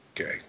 Okay